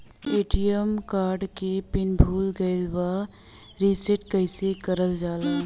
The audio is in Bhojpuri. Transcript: ए.टी.एम कार्ड के पिन भूला गइल बा रीसेट कईसे करल जाला?